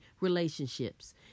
relationships